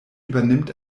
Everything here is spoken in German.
übernimmt